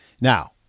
now